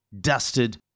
Dusted